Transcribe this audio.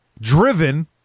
driven